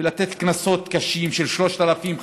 ולתת קנסות קשים של 3,000 שקל,